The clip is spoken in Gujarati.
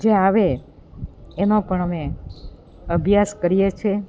જે આવે એનો પણ અમે અભ્યાસ કરીએ છે